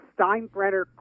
Steinbrenner